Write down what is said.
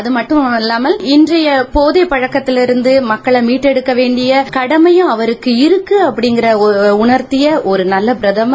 அகுமட்டுமல்லாமல் இன்றைய போதை பழக்கத்திலிருந்து மக்களை மீட்டெடுக்க வேண்டிய கடமையும் அவருக்கு இருக்கிறது என்பதை உணர்த்திய நல்ல பிரதமர்